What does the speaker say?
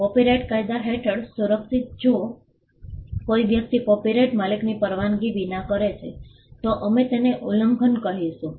copyright કાયદા હેઠળ સુરક્ષિત જો કોઈ વ્યક્તિ કોપિરાઇટ માલિકની પરવાનગી વિના કરે છે તો અમે તેને ઉલ્લંઘન કહીશું